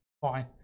fine